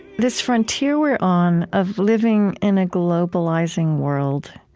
this frontier we're on of living in a globalizing world